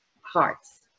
hearts